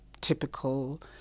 typical